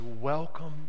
welcome